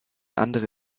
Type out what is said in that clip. andere